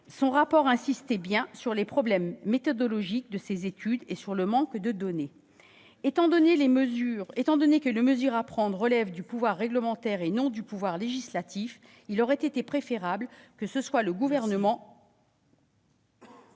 Son rapport insistait bien sur les problèmes méthodologiques de ces études et sur le manque de données. Étant donné que les mesures à prendre relèvent du pouvoir réglementaire et non du pouvoir législatif, il aurait été préférable que ce soit le Gouvernement ...